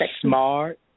smart